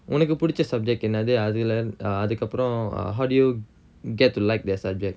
உனக்கு புடிச்ச:unakku pudicha subject என்னது அதுல:ennathu athula err அதுக்கப்புறம்:athukkappuram err how do you get to like that subject